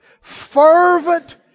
Fervent